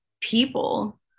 people